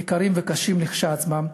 יקרים וקשים כשלעצמם.